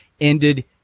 ended